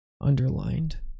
underlined